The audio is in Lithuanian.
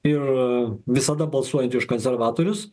ir visada balsuojant už konservatorius